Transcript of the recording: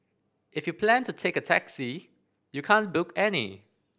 if you plan to take a taxi you can't book any